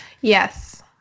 yes